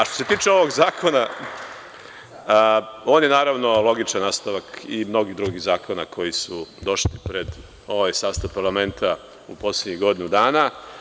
Što se tiče ovog zakona, on je logičan nastavak mnogih drugih zakona koji su došli pred ovaj sastav parlamenta u poslednjih godinu dana.